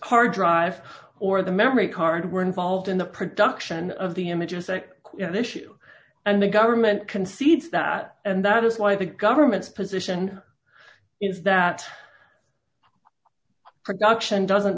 hard drive or the memory card were involved in the production of the images that you know the issue and the government concedes that and that is why the government's position is that production doesn't